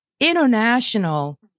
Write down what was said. international